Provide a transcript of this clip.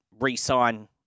re-sign